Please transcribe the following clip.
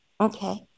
Okay